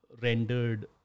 rendered